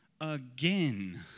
again